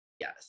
Yes